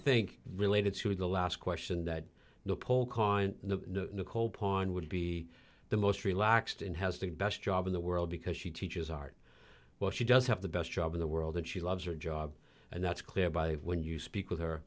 think related to the last question that the poll cost the whole pond would be the most relaxed and has the best job in the world because she teaches art while she does have the best job in the world and she loves her job and that's clear by when you speak with her